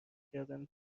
کردن